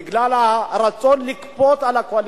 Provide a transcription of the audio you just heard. בגלל הרצון לכפות על הקואליציה,